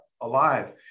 alive